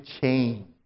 change